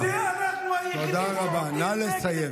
נא לסיים.